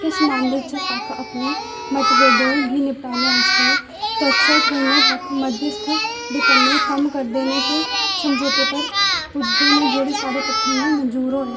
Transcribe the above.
किश मामलें च पक्ख अपने मतभेदें गी निपटाने आस्तै तटस्थ त्रोनें पक्ख मध्यस्थ दे कन्नै कम्म करदे न ते समझौते पर पुजदे न जेह्ड़ा सारे पक्खें गी मंज़ूर होयै